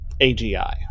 agi